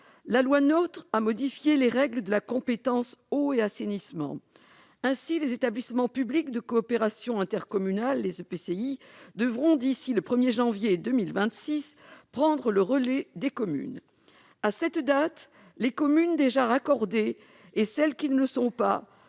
La loi NOTRe a modifié les règles de la compétence « eau et assainissement ». Ainsi, les établissements publics de coopération intercommunale, les EPCI, devront d'ici au 1 janvier 2026 prendre le relais des communes. À cette date, les communes déjà raccordées et celles qui ne le sont pas